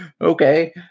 okay